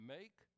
Make